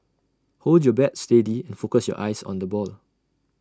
hold your bat steady and focus your eyes on the ball